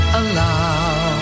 allow